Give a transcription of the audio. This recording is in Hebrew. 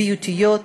בריאותיות,